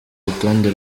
rutonde